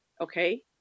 okay